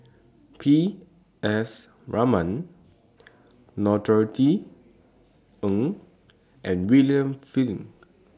P S Raman Norothy Ng and William Flint